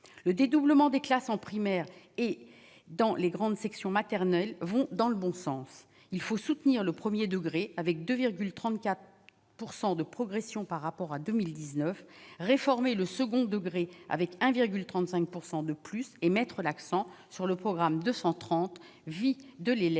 le dédoublement des classes en primaire et dans les grandes sections maternelles vont dans le bon sens, il faut soutenir le 1er degré avec 2 34 pourcent de progression par rapport à 2019 réformer le second degré, avec 1,35 pourcent de plus et mettre l'accent sur le programme 230 Vie de l'élève